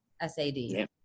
S-A-D